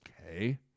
okay